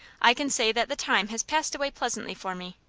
i can say that the time has passed away pleasantly for me.